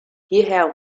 hierher